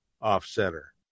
Off-Center